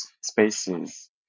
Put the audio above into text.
spaces